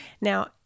Now